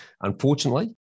Unfortunately